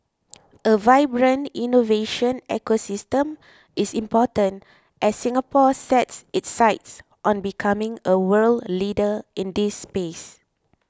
a vibrant innovation ecosystem is important as Singapore sets its sights on becoming a world leader in this space